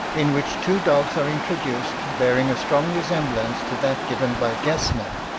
in which two dogs are introduced, bearing a strong resemblance to that given by gesner,